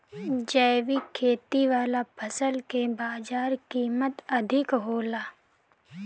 जैविक खेती वाला फसल के बाजार कीमत अधिक होला